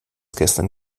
gestern